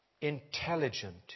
intelligent